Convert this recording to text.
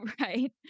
Right